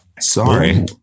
Sorry